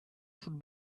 should